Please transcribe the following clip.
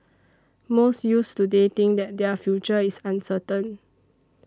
most youths today think that their future is uncertain